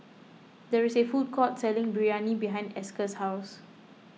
there is a food court selling Biryani behind Esker's house